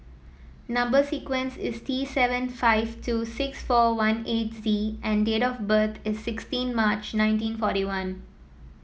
number sequence is T seven five two six four one eight Z and date of birth is sixteen March nineteen forty one